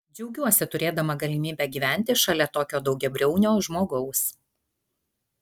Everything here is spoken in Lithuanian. džiaugiuosi turėdama galimybę gyventi šalia tokio daugiabriaunio žmogaus